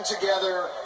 together